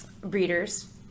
breeders